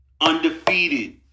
Undefeated